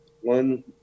one